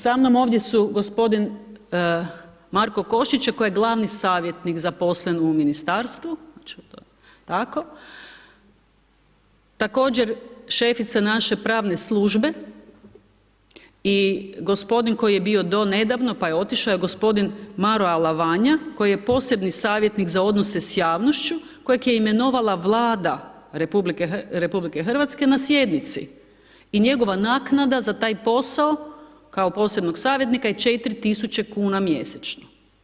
Sa mnom ovdje su g. Marko Košić koji je glavni savjetnik zaposlen u ministarstvu, tako, također šefica naše pravne službe i g. koji je bio do nedavno, pa je otišao je g. Maro Alavanja, koji je posebni savjetnik za odnose s javnošću, kojeg je imenovala Vlada RH, na sjednici i njegova naknada za taj posao, kao posebnog savjetnika je 4000 kn mjesečno.